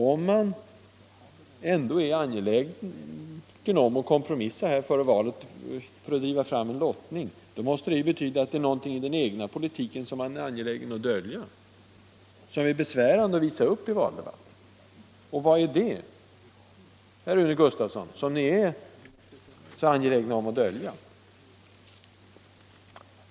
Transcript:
Om man ändå är angelägen om att kompromissa före valet för att driva fram en lottning, måste det betyda att det är något i den egna politiken som man är angelägen att dölja — som är besvärande att visa upp i valdebatten. Vad är det, Rune Gustavsson, som ni är så angelägna att dölja?